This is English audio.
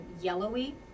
yellowy